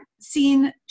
seen